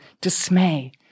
dismay